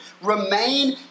Remain